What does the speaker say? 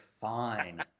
fine